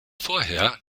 vorher